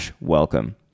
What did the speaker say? welcome